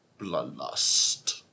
Bloodlust